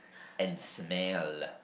and smell